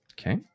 Okay